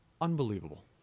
unbelievable